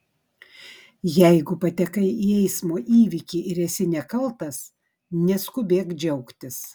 jeigu patekai į eismo įvykį ir esi nekaltas neskubėk džiaugtis